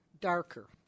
darker